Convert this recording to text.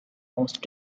most